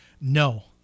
no